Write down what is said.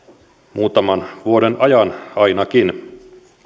muutaman vuoden ajan ainakin